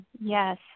Yes